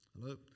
hello